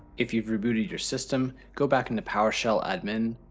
if you've rebooted your system, go back into powershell admin,